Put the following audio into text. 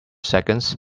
seconds